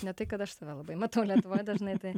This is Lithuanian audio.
ne tai kad aš save labai matau lietuvoje dažnai tai